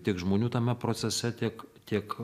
tiek žmonių tame procese tiek tiek